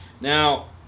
Now